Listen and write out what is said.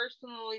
personally